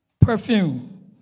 perfume